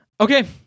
okay